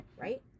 Right